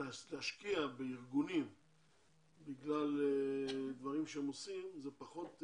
להשקיע בארגונים בגלל דברים שהם עושים זה פחות,